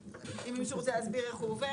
--- אם מישהו רוצה להסביר איך הוא עובד?